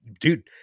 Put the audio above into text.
Dude